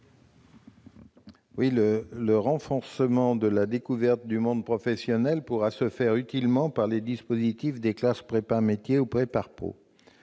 ? Le renforcement de la découverte du monde professionnel pourra se faire utilement par les dispositifs des classes « prépa-métiers » ou « prépa-pro